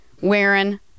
wearing